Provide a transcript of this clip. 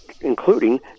including